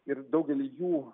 ir daugelį jų